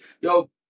Yo